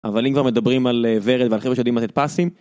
אבל אם כבר מדברים על ורד ועל חבר'ה שיודעים מה זה פאסים